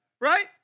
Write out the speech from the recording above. right